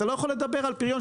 אתה לא יכול לדבר על פריון,